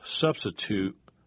substitute